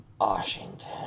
Washington